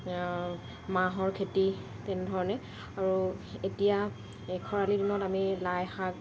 মাহৰ খেতি তেনেধৰণে আৰু এতিয়া খৰালি দিনত আমি লাই শাক